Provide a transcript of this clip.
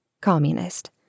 communist